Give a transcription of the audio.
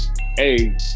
Hey